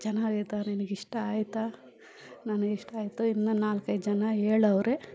ಚೆನ್ನಾಗೈತ ನಿನಗೆ ಇಷ್ಟ ಆಯ್ತ ನನಗೆ ಇಷ್ಟ ಆಯಿತು ಇನ್ನು ನಾಲ್ಕೈದು ಜನ ಹೇಳವ್ರೆ